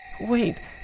Wait